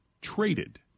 traded